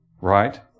Right